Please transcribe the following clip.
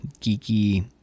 geeky